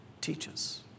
teaches